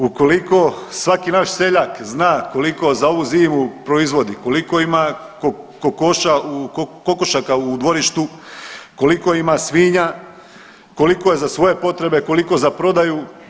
Ukoliko svaki naš seljak zna koliko za ovu zimu proizvodi, koliko ima kokošaka u dvorištu, koliko ima svinja, koliko je za svoje potrebe, koliko za prodaju.